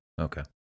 Okay